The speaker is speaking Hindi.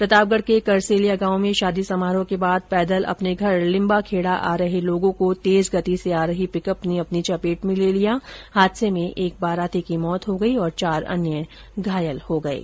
प्रतापगढ के करसेलिया गांव में शादी समारोह के बाद पैदल अपने घर लिम्बाखेडा आ रहे लोगों को तेज गति से आ रही पिकअप ने अपनी चपेट में ले लिया हादसे में एक बाराती की मौत हो गई और चार अन्य घायल हो गये